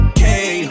Okay